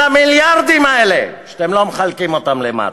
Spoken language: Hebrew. המיליארדים האלה שאתם לא מחלקים אותם למטה.